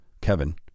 Kevin